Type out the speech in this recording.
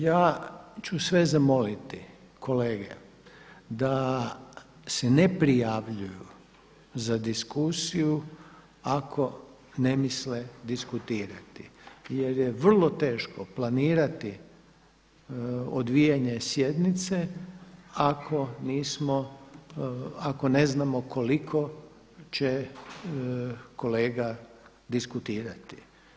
Ja ću sve zamoliti, kolege, da se ne prijavljuju za diskusiju ako ne misle diskutirati jer je vrlo teško planirati odvijanje sjednice ako nismo, ako ne znamo koliko će kolega diskutirati.